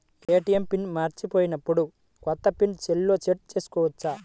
ATM PIN మరచిపోయినప్పుడు, కొత్త PIN సెల్లో సెట్ చేసుకోవచ్చా?